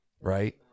right